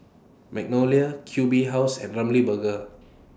Magnolia Q B House and Ramly Burger